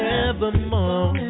evermore